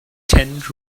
tent